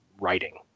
writing